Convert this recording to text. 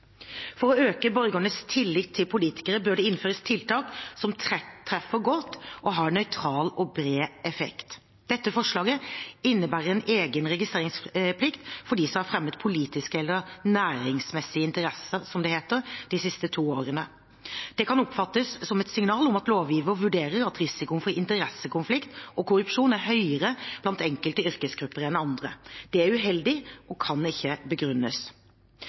For å øke borgernes tillit til politikere bør det innføres tiltak som treffer godt og har nøytral og bred effekt. Dette forslaget innebærer en egen registreringsplikt for dem som har fremmet «politiske eller næringsmessige interesser», som det heter, de siste to årene. Det kan oppfattes som et signal om at lovgiver vurderer at risikoen for interessekonflikter og korrupsjon er høyere blant enkelte yrkesgrupper enn andre. Det er uheldig og kan ikke begrunnes.